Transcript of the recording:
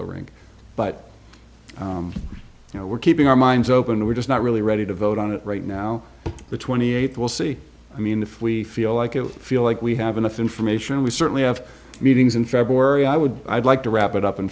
a ring but you know we're keeping our minds open and we're just not really ready to vote on it right now the twenty eight will see i mean if we feel like you feel like we have enough information we certainly have meetings in february i would i'd like to wrap it up in